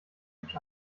each